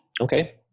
Okay